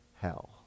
hell